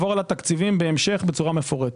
נעבור על התקציבים בהמשך מפורטות.